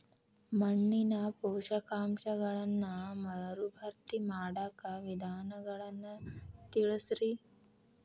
ಮಣ್ಣಿನ ಪೋಷಕಾಂಶಗಳನ್ನ ಮರುಭರ್ತಿ ಮಾಡಾಕ ವಿಧಾನಗಳನ್ನ ತಿಳಸ್ರಿ